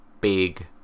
big